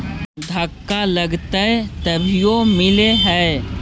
धक्का लगतय तभीयो मिल है?